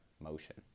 motion